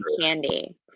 candy